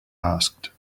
asked